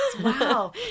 wow